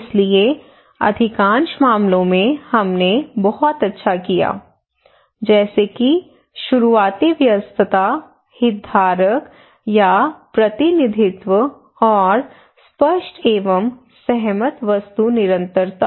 इसलिए अधिकांश मामलों में हमने बहुत अच्छा किया जैसे कि शुरुआती व्यस्तता हितधारक का प्रतिनिधित्व और स्पष्ट एवं सहमत वस्तु निरंतरता